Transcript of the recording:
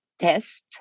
test